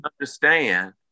understand